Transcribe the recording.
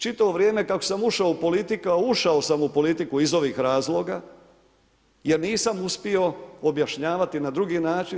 Čitavo vrijeme kako sam ušao u politiku, a ušao sam u politiku iz ovih razloga ja nisam uspio objašnjavati na drugi način.